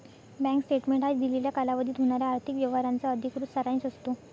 bank statement हा दिलेल्या कालावधीत होणाऱ्या आर्थिक व्यवहारांचा अधिकृत सारांश असतो